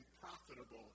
profitable